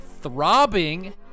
throbbing